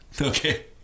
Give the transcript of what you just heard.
Okay